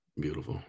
Beautiful